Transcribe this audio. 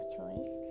choice